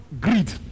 greed